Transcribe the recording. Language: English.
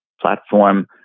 platform